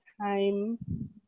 time